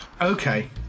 Okay